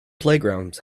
playgrounds